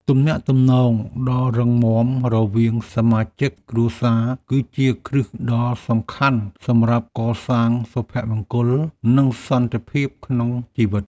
ទំនាក់ទំនងដ៏រឹងមាំរវាងសមាជិកគ្រួសារ គឺជាគ្រឹះដ៏សំខាន់សម្រាប់កសាងសុភមង្គល និងសន្តិភាពក្នុងជីវិត។